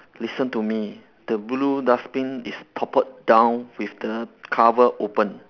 listen to me the blue dustbin is toppled down with the cover opened